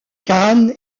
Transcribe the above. cannes